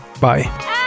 Bye